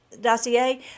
dossier